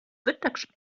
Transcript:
vintage